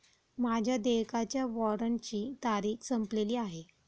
माझ्या देयकाच्या वॉरंटची तारीख संपलेली आहे